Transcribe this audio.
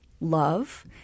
love